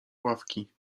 ławki